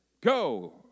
Go